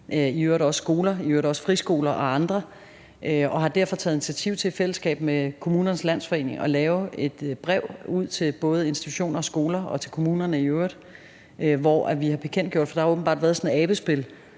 – der endnu ikke har fået de midler. Jeg har derfor taget initiativ til i fællesskab med Kommunernes Landsforening at sende et brev ud til både institutioner, skoler og til kommunerne i øvrigt, hvor vi har bekendtgjort det, for der har åbenbart været et abespil